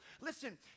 Listen